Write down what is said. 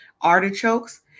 artichokes